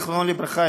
זיכרונו לברכה,